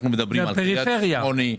אנחנו מדברים על קרית שמונה,